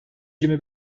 yirmi